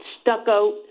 stucco